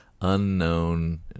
unknown